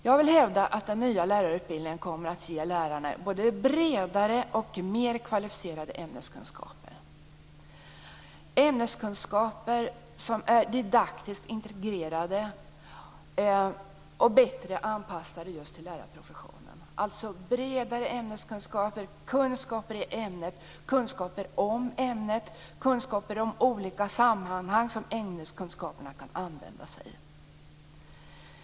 Jag vill hävda att den nya lärarutbildningen kommer att ge lärarna både bredare och mer kvalificerade ämneskunskaper, ämneskunskaper som är didaktiskt integrerade och bättre anpassade just till lärarprofessionen, alltså bredare ämneskunskaper, kunskaper i ämnet, kunskaper om ämnet och kunskaper om olika sammanhang som ämneskunskaperna kan användas i.